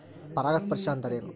ಪರಾಗಸ್ಪರ್ಶ ಅಂದರೇನು?